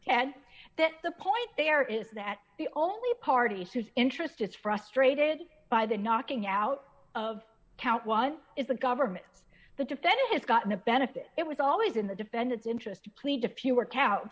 and that the point there is that the only parties whose interest is frustrated by the knocking out of count one is the government the defendant has gotten a benefit it was always in the defendant's interest to plead to fewer to